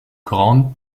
grande